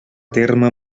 terme